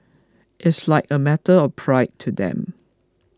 it's like a matter of pride to them